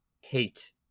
hate